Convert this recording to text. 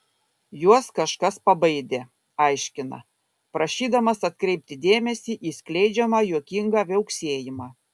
juos kažkas pabaidė aiškina prašydamas atkreipti dėmesį į skleidžiamą juokingą viauksėjimą